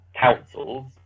councils